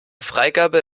freigabe